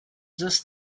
just